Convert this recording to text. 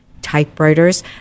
typewriters